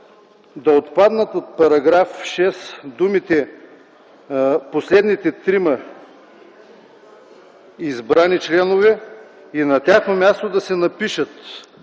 да отпаднат от § 6 думите „последните трима избрани членове” и на тяхно място да се напишат